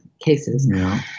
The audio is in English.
cases